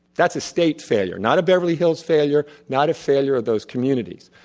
that's a state failure not a beverly hills failure, not a failure of those communities.